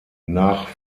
nach